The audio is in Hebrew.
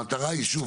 המטרה היא שוב,